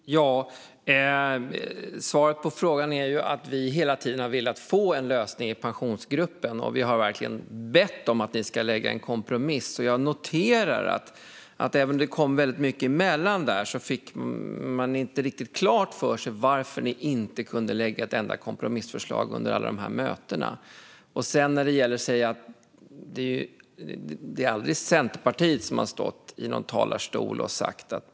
Fru talman! Svaret på frågan är att vi hela tiden har velat få en lösning i Pensionsgruppen, och vi har verkligen bett om att ni ska lägga ett kompromissförslag. Jag noterar att även om det kom väldigt mycket mellan där fick man inte klart för sig varför ni inte kunde lägga ett enda kompromissförslag under alla de här mötena. När det gäller att säga att Pensionsgruppen är död och begraven har Centerpartiet aldrig stått i någon talarstol och sagt det.